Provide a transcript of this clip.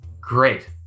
great